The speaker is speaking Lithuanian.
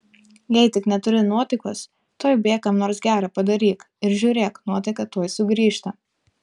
jei tik neturi nuotaikos tuoj bėk kam nors gera padaryk ir žiūrėk nuotaika tuoj sugrįžta